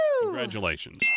Congratulations